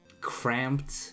cramped